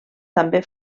també